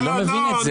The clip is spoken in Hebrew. אני לא מבין את זה.